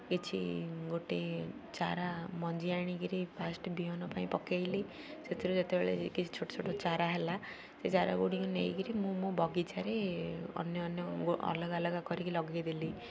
କିଛି ଗୋଟେ ଚାରା ମଞ୍ଜି ଆଣିକିରି ଫାଷ୍ଟ ବିହନ ପାଇଁ ପକେଇଲି ସେଥିରୁ ଯେତେବେଳେ କିଛି ଛୋଟ ଛୋଟ ଚାରା ହେଲା ସେ ଚାରା ଗୁଡ଼ିକ ନେଇକିରି ମୁଁ ମୋ ବଗିଚାରେ ଅନ୍ୟ ଅନ୍ୟ ଅଲଗା ଅଲଗା କରିକି ଲଗେଇଦେଲି